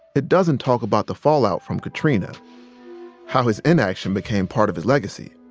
it doesn't talk about the fallout from katrina how his inaction became part of his legacy.